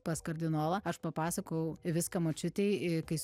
pas kardinolą aš papasakojau viską močiutei ir kai